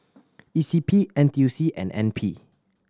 E C P N T U C and N P